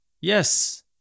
Yes